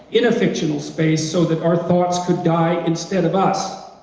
in a fictional space, so that our thoughts could die instead of us.